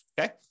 okay